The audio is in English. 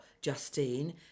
Justine